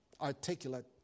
Articulate